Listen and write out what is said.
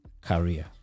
career